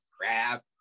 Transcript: crap